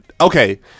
Okay